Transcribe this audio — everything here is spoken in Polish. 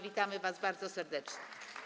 Witamy was bardzo serdecznie.